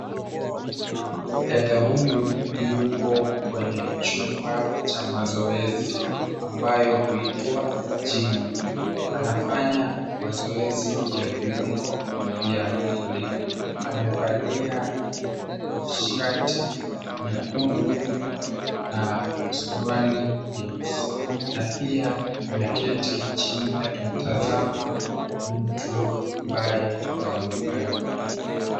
Dada huyu yupo kwenye chumba cha mazoezi ambayo huitwa gym . Anafanya mazoezi ya viungo vya mwili . Amevalia shati nyekundu na suruali nyeusi na pia ameketi chini akimtazama mtu ambaye haonekani.